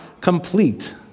complete